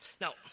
Now